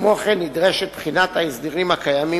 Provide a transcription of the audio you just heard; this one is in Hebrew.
וכמו כן נדרשת בחינת ההסדרים הקיימים